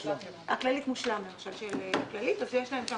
קופת החולים הכללית היא הקופה הגדולה עם מירב הצרכנים.